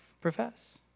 profess